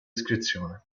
iscrizione